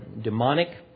demonic